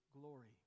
glory